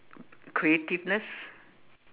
creativeness